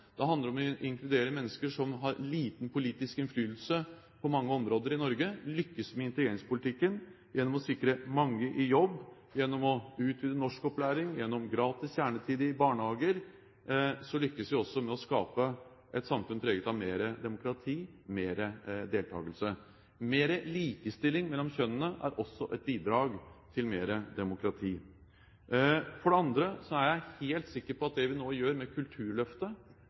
det handler om å inkludere mennesker som har liten politisk innflytelse på mange områder i Norge og å lykkes med integreringspolitikken. Gjennom å sikre mange i jobb, gjennom å utvide norskopplæring, gjennom gratis kjernetid i barnehager lykkes vi også med å skape et samfunn preget av mer demokrati, mer deltakelse. Mer likestilling mellom kjønnene er også et bidrag til mer demokrati. For det andre er jeg helt sikker på at det vi nå gjør med Kulturløftet